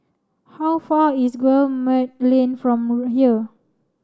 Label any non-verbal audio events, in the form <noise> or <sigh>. how far is Guillemard Lane from <unintelligible> here